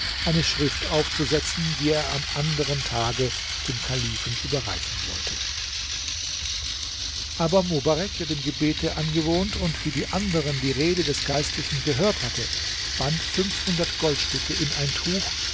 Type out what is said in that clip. eine schrift aufzusetzen die er am anderen tage dem kalifen überreichen wollte aber mobarek der dem gebete angewohnt und wie die anderen die rede des geistlichen gehört hatte band fünfhundert goldstücke in ein tuch